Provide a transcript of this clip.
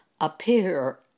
appear